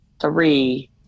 three-